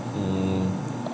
hmm